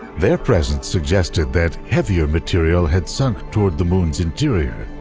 their presence suggested that heavier material had sunk toward the moon's interior,